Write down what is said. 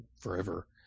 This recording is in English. forever